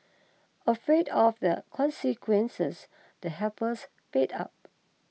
afraid of the consequences the helpers paid up